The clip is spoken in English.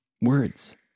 words